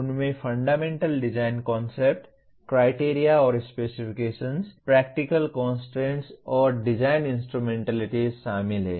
उनमें fundamental design concept criteria और specifications practical constraints और डिजाइन इंस्ट्रूमेंटलिटीज़ शामिल हैं